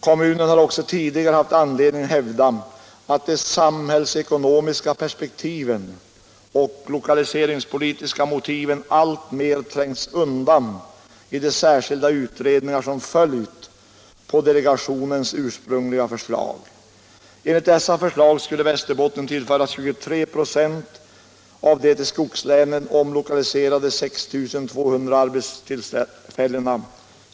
Kommunen har också tidigare haft anledning hävda, att de samhällsekonomiska perspektiven och lokaliseringspolitiska motiven alltmer trängts undan i de särskilda utredningar som följt på delegationens ursprungliga förslag. Enligt dessa förslag skulle Västerbotten tillföras 23 96 av de till skogslänen omlokaliserade 6 200 arbetstillfällena.